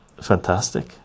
fantastic